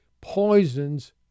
poisons